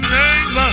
name